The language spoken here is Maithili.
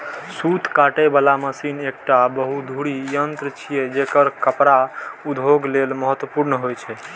सूत काटे बला मशीन एकटा बहुधुरी यंत्र छियै, जेकर कपड़ा उद्योग लेल महत्वपूर्ण होइ छै